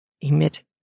emit